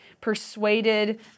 persuaded